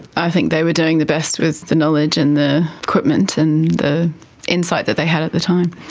i think they were doing the best with the knowledge and the equipment and the insight that they had at the time.